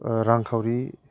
रांखावरि